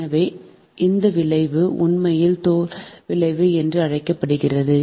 எனவே இந்த விளைவு உண்மையில் தோல் விளைவு என்று அழைக்கப்படுகிறது